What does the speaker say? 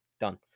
done